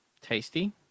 tasty